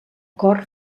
cor